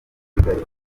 kigali